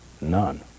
None